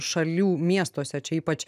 šalių miestuose čia ypač